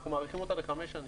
אנחנו מאריכים אותה לחמש שנים,